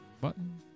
Button